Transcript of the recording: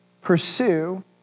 Pursue